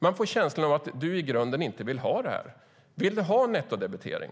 Man får känslan av att du i grunden inte vill ha det. Vill du ha nettodebitering?